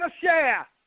share